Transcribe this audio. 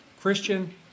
Christian